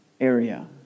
area